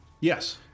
Yes